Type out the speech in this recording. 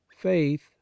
faith